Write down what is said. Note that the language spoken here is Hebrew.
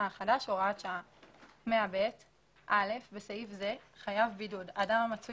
החדש הוראת שעה בסעיף זה "חייב בידוד" אדם המצוי